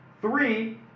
Three